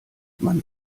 man